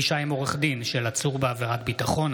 (פגישה עם עורך דין של עצור בעבירת ביטחון),